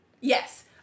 Yes